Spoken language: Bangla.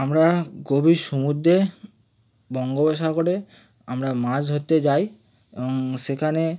আমরা গভীর সমুদ্রে বঙ্গোপসাগরে আমরা মাছ ধরতে যাই এবং সেখানে